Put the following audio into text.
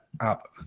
up